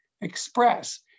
express